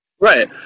Right